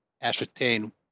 ascertain